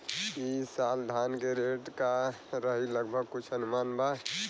ई साल धान के रेट का रही लगभग कुछ अनुमान बा?